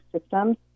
systems